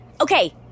Okay